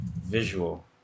visual